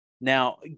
Now